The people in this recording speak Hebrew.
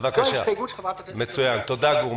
תודה, גור.